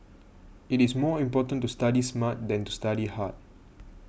it is more important to study smart than to study hard